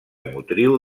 motriu